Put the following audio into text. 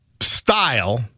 style